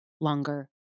longer